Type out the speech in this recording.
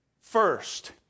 first